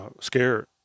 scared